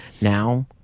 Now